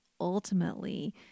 ultimately